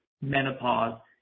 menopause